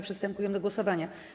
Przystępujemy do głosowania.